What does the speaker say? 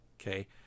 okay